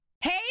hey